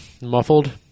Muffled